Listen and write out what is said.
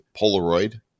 Polaroid